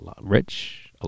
rich